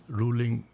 ruling